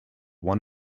one